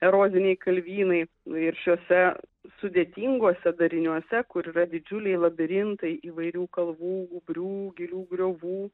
eroziniai kalvynai ir šiuose sudėtinguose dariniuose kur yra didžiuliai labirintai įvairių kalvų gūbrių gilių griovų